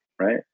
Right